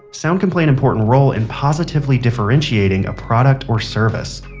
sound can play an important role in positively differentiating a product or service.